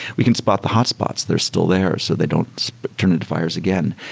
we can spot the hotspots. they're still there. so they don't turn into fires again.